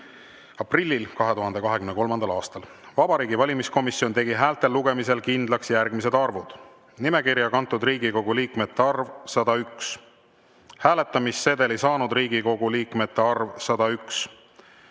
aprillil 2023. aastal. Vabariigi Valimiskomisjon tegi häälte lugemisel kindlaks järgmised arvud. Nimekirja kantud Riigikogu liikmete arv: 101. Hääletamissedeli saanud Riigikogu liikmete arv: 101.